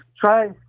try